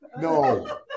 no